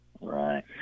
Right